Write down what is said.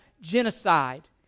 genocide